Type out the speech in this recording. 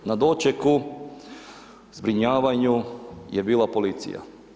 Na dočeku, zbrinjavanju je bila policija.